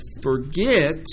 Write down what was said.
forget